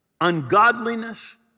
ungodliness